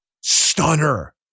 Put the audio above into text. Stunner